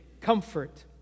comfort